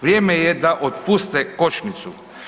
Vrijeme je da otpuste kočnicu.